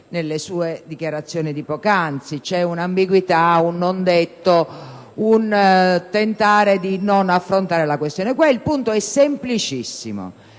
nelle sue dichiarazioni di poc'anzi. C'è un'ambiguità, un non detto, un tentare di non affrontare la questione. Il punto è semplicissimo: